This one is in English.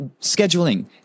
scheduling